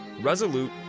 Resolute